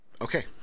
Okay